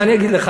מה אני אגיד לך?